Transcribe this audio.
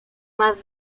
más